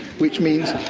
which means